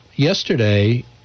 Yesterday